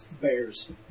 Bears